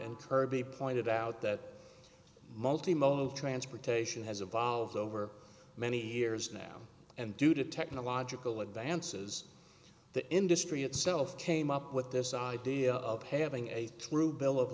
and kirby pointed out that multi modal transportation has evolved over many years now and due to technological advances the industry itself came up with this idea of having a true bill of